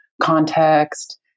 context